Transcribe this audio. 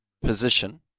position